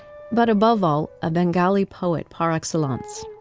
but, above all, a bengali poet par excellence.